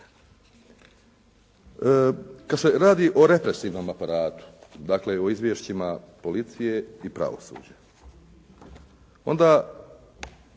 Kad se radi o represivnom aparatu, dakle o izvješćima policije i pravosuđa onda